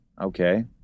Okay